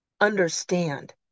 understand